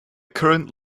current